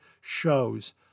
shows